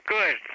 Good